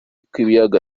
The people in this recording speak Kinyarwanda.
k’ibiyaga